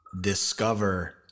discover